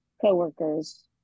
coworkers